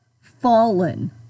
fallen